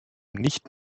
nicht